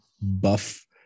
buff